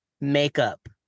makeup